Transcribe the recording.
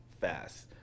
fast